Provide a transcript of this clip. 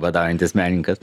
badaujantis menininkas